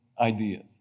ideas